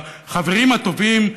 החברים הטובים,